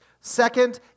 Second